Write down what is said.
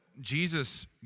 Jesus